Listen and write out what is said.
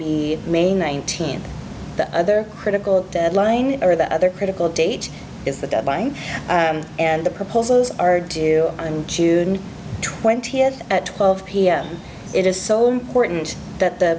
be may nineteenth the other critical deadline or the other critical date is the deadline and the proposals are due in june twentieth at twelve pm it is so important that the